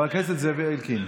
חבר הכנסת זאב אלקין.